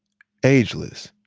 ageless.